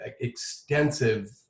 extensive